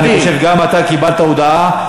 ואני חושב שגם אתה קיבלת הודעה.